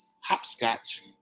hopscotch